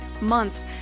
months